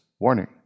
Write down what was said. Warning